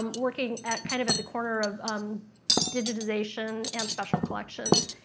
um working at, kind of at the corner of digitization and special collections,